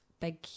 big